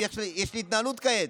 יש לי התנהלות כעת.